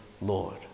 Lord